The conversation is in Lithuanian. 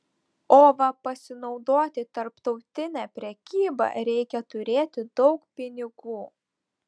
o va pasinaudoti tarptautine prekyba reikia turėti daug pinigų